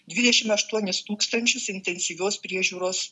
dvidešimt aštuonis tūkstančius intensyvios priežiūros